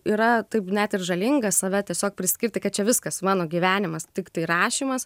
yra taip net ir žalinga save tiesiog priskirti kad čia viskas mano gyvenimas tiktai rašymas